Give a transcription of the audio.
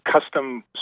custom